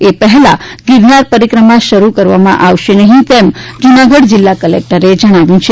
એ પહેલા ગીરનાર પરીક્રમા શરૂ કરવામાં નઠી આવે તેમ જુનાગઢ જીલ્લા કલેકટરે જણાવ્યું છે